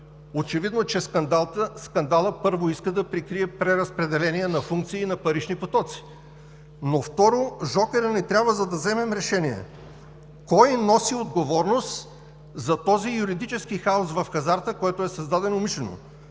Очевидно е, че скандалът, първо, иска да прикрие преразпределение на функции и парични парични потоци, но, второ, жокерът ни трябва, за да вземем решение за това кой носи отговорност за този юридически хаос в хазарта, който е създаден умишлено